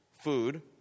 food